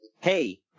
hey